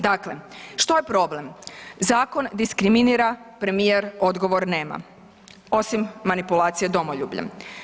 Dakle, što je problem, zakon diskriminira premijer odgovor nema osim manipulacije domoljubljem.